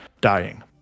dying